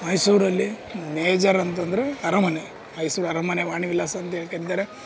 ಮೈಸೂರಲ್ಲಿ ಮೇಜರ್ ಅಂತಂದರೆ ಅರಮನೆ ಮೈಸೂರು ಅರಮನೆ ವಾಣಿ ವಿಲಾಸ ಅಂತೇಳಿ ಕರೀತಾರೆ